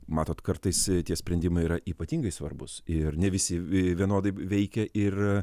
matot kartais tie sprendimai yra ypatingai svarbūs ir ne visi vienodai veikia ir